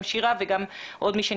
גם שירה וגם אחרים.